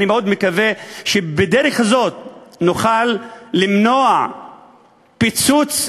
אני מאוד מקווה שבדרך זו נוכל למנוע פיצוץ,